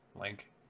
Link